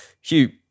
Hugh